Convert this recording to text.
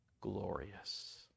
glorious